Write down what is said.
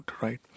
right